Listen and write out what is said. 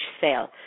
sale –